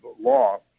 law